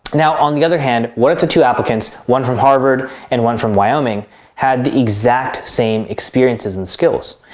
now, on the other hand what if the two applicants, one from harvard and one from wyoming had the exact same experiences and skills?